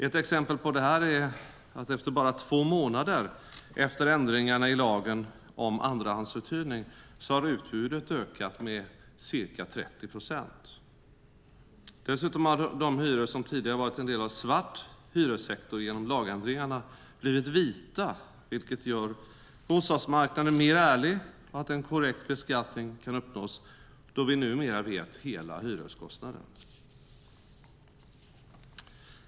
Ett exempel på det är att bara två månader efter ändringarna i lagen om andrahandsuthyrning har utbudet ökat med ca 30 procent. Dessutom har de hyror som tidigare har varit en del av svart hyressektor genom lagändringarna blivit vita, vilket gör bostadsmarknaden mer ärlig och innebär att korrekt beskattning kan uppnås då vi numera vet hela hyreskostnaden.